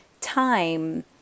time